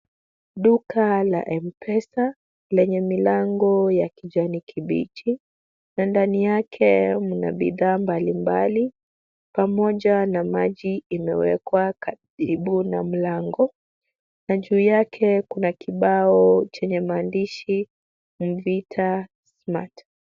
Duka la M-Pesa, lenye milango ya kijani kibichi na ndani yake mna bidhaa mbalimbali, pamoja na maji imewekwa karibu na mlango na juu yake kuna kibao chenye maandishi Mvita Smart .